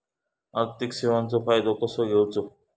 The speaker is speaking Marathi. आर्थिक सेवाचो फायदो कसो घेवचो?